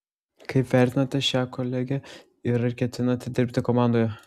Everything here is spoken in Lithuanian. kaip vertinate šią kolegę ir ar ketinate dirbti komandoje